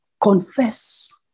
confess